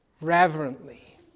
reverently